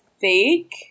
fake